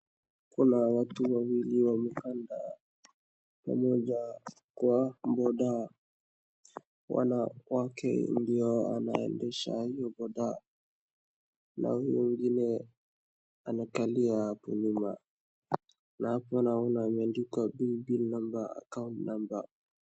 Kuna watu wawili wamepanda, pamoja kwa boda. Wanawake ndio anaendesha hio boda, na huyo mwingine anakalia hapo nyuma, na hapo naona imeandikwa Paybill Number, Account Number .